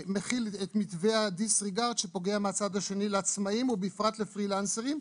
מכיל את מתווה הדיס ריגרד שפוגע מהצד השני בעצמאים ובפרט לפרי לנסרים.